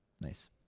Nice